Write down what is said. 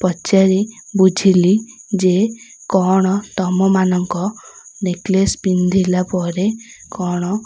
ପଚାରି ବୁଝିଲି ଯେ କ'ଣ ତୁମମାନଙ୍କ ନେକଲେସ୍ ପିନ୍ଧିଲା ପରେ କ'ଣ